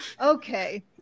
Okay